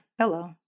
Hello